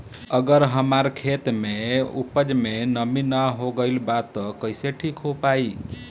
अगर हमार खेत में उपज में नमी न हो गइल बा त कइसे ठीक हो पाई?